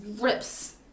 rips